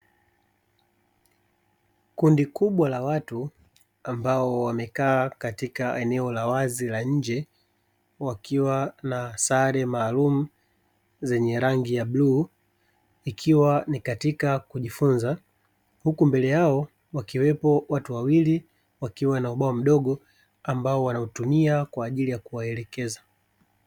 Kundi kubwa la watu ambao wamekaa katika eneo la wazi la nje, wakiwa na sare maalumu zenye rangi ya bluu ikiwa ni katika kujifunza, huku mbele yao wakiwepo watu wawili wakiwa na ubao mdogo ambao wanautumia kwa ajili ya kuwaelekeza.